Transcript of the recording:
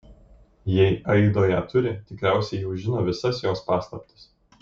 jei aido ją turi tikriausiai jau žino visas jos paslaptis